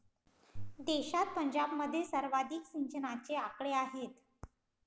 देशात पंजाबमध्ये सर्वाधिक सिंचनाचे आकडे आहेत